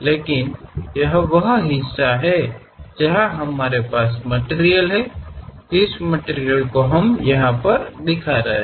लेकिन यह वह हिस्सा है जहां हमारे पास मटिरियल है जिस मटिरियल को हम यहा पर दिखा रहे हैं